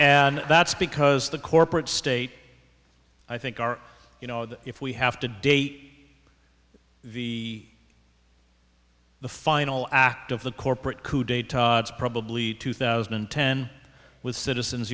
and that's because the corporate state i think our you know if we have to date the the final act of the corporate coup d'etat it's probably two thousand and ten with citizens